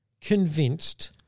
convinced